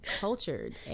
cultured